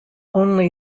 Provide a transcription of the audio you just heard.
only